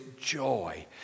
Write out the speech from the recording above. joy